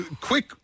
quick